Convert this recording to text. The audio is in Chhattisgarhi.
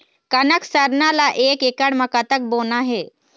कनक सरना ला एक एकड़ म कतक बोना हे?